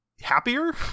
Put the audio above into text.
happier